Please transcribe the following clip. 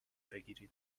بگیرید